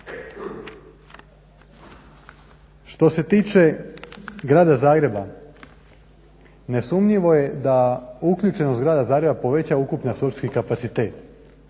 Što se tiče Grada Zagreba, nesumnjivo je da uključenost Grada Zagreba povećava ukupne apsurdski kapacitet.